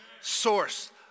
source